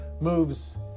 moves